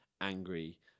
angry